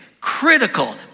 critical